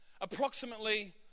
approximately